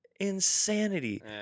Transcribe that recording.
Insanity